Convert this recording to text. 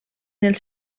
els